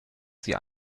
sie